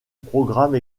programme